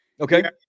Okay